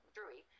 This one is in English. Drewy